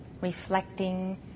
reflecting